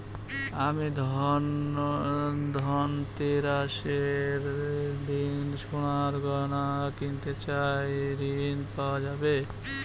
আমি ধনতেরাসের দিন সোনার গয়না কিনতে চাই ঝণ পাওয়া যাবে?